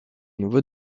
nouveau